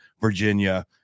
Virginia